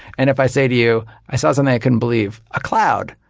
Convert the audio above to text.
and if i say to you, i saw something i couldn't believe a cloud.